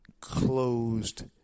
closed